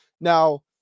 Now